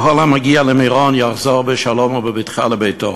המגיע למירון יחזור בשלום ובבטחה לביתו.